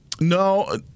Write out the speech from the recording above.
No